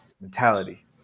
mentality